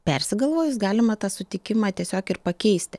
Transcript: persigalvojus galima tą sutikimą tiesiog ir pakeisti